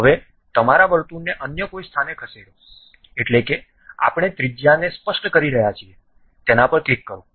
હવે તમારા વર્તુળને અન્ય કોઈ સ્થાને ખસેડો એટલે કે આપણે ત્રિજ્યાને સ્પષ્ટ કરી રહ્યા છીએ તેના પર ક્લિક કરો